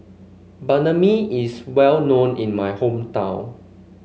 Banh Mi is well known in my hometown